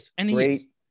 great